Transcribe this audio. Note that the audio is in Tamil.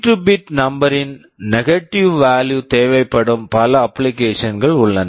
32 பிட் bit நம்பர் number ன் நெகடிவ் வால்யு negative value தேவைப்படும் பல அப்ளிகேஷன் applications -கள் உள்ளன